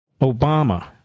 Obama